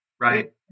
Right